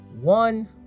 one